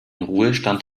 ruhestand